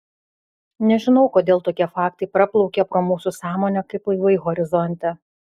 nežinau kodėl tokie faktai praplaukia pro mūsų sąmonę kaip laivai horizonte